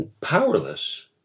Powerless